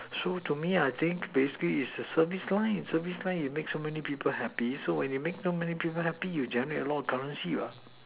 so to me I think basically is the service line service line you make so many of people happy so many people happy you generate a lot of currency